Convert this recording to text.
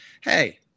Hey